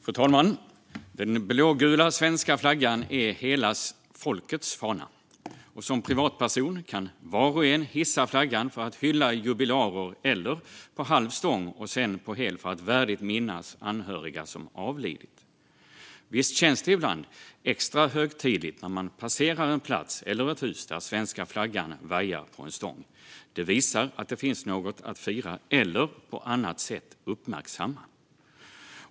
Fru talman! Den blågula svenska flaggan är hela folkets fana. Som privatperson kan var och en hissa flaggan för att hylla jubilarer eller hala den på halv stång och sedan hissa den på hel stång för att värdigt minnas anhöriga som avlidit. Visst känns det ibland extra högtidligt när man passerar en plats eller ett hus där svenska flaggan vajar på en stång. Det visar att det finns något att fira eller på annat sätt uppmärksamma.